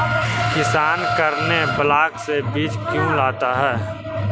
किसान करने ब्लाक से बीज क्यों लाता है?